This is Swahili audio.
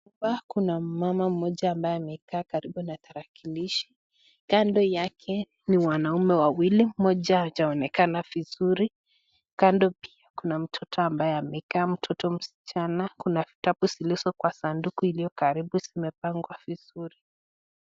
Hapa kuna mama mmoja ambaye amekaa karibu na tarakilishi kando yake ni wanaume wawili mmoja hajaonekana vizuri, kando pia kuna mtoto ambaye amekaa mtoto msichana. Kuna vitabu zilizo kwa sanduku iliyokaribu zimepangwa vizuri.